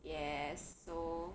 yes so